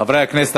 חברי הכנסת,